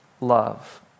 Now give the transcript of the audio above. Love